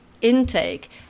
intake